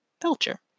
Belcher